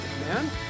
man